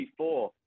3-4